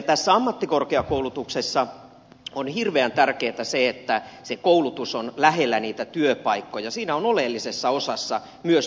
tässä ammattikorkeakoulutuksessa on hirveän tärkeätä että koulutus on lähellä niitä työpaikkoja siinä ovat oleellisessa osassa myös työharjoitteluosuudet